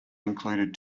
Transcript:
included